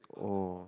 oh